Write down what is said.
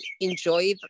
enjoy